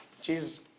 Jesus